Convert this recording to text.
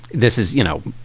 this is, you know,